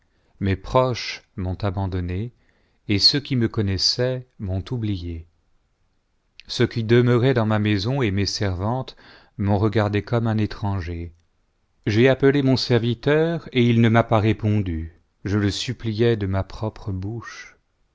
mes proches m'ont abandonné et ceux qui me connaissaient m'ont oublié ceux qui demeuraient dans ma maison et mes servantes m'ont regardé comme un étranger j'ai appelé mon serviteur et il ne m'a pas répondu je le suppliais de ma propre bouche